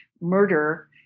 murder